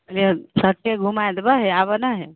कहलियै सब चीज घुमा देबऽ आबऽ ने हइ